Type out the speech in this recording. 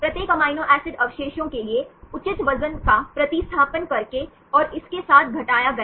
प्रत्येक amino acid अवशेषों के लिए उचित वजन का प्रतिस्थापन करके और इसके साथ घटाया गया